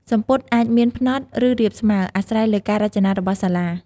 សំពត់អាចមាន ផ្នត់ ឬរាបស្មើ អាស្រ័យលើការរចនារបស់សាលា។